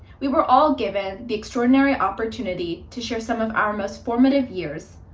we were all given the extraordinary opportunity to share some of our most formative years,